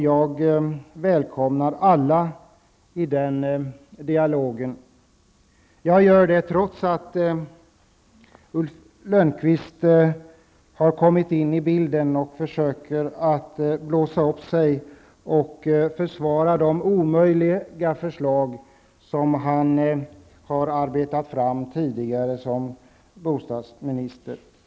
Jag välkomnar alla att vara med i den dialogen. Detta säger jag trots att Ulf Lönnqvist har kommit med i bilden. Han försöker så att säga att blåsa upp sig och försvara de omöjliga förslag som han tidigare i egenskap av bostadsminister arbetat fram.